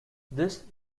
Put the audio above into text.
this